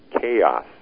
chaos